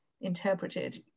interpreted